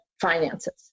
finances